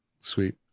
Sweet